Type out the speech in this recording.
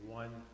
one